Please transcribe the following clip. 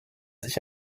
sich